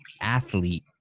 athlete